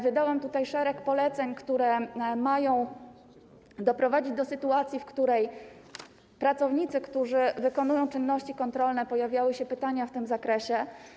Wydałam szereg poleceń, które mają doprowadzić do sytuacji, w której pracownicy, którzy wykonują czynności kontrolne, a pojawiały się pytania w tym zakresie.